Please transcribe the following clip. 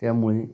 त्यामुळे